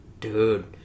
Dude